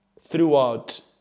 throughout